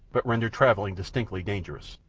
but rendered travelling distinctly dangerous.